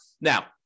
Now